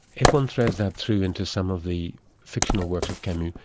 if one threads that through into some of the fictional works of camus,